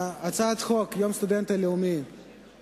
חוק יום הסטודנט הלאומי